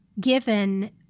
given